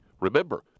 Remember